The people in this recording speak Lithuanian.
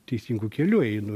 teisingu keliu einu